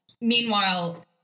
Meanwhile